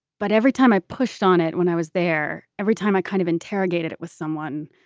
but every time i pushed on it when i was there, every time i kind of interrogated it with someone.